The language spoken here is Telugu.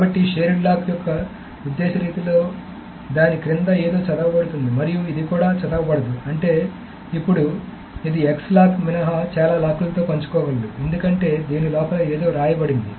కాబట్టి షేర్డ్ లాక్ యొక్క ఉద్దేశ్య రీతిలో అంటే దాని క్రింద ఏదో చదవబడుతుంది మరియు ఇది కూడా చదవబడదు అప్పుడు ఇది X లాక్ మినహా చాలా లాక్లతో పంచుకోగలదు ఎందుకంటే దీని లోపల ఏదో వ్రాయబడింది